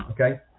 okay